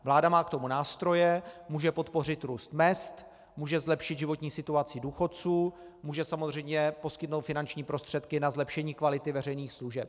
Vláda má k tomu nástroje, může podpořit růst mezd, může zlepšit životní situaci důchodců, může samozřejmě poskytnout finanční prostředky na zlepšení kvality veřejných služeb.